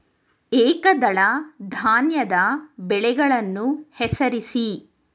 ಏಕದಳ ಧಾನ್ಯದ ಬೆಳೆಗಳನ್ನು ಹೆಸರಿಸಿ?